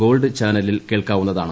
gold ചാനലിൽ കേൾക്കാവുന്നതാണ്